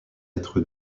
être